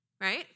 Right